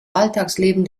alltagsleben